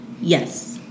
yes